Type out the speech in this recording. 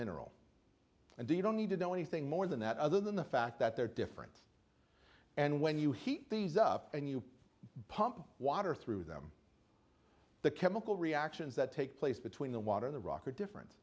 mineral and they don't need to know anything more than that other than the fact that they're different and when you heat these up and you pump water through them the chemical reactions that take place between the water in the rock are differen